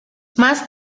más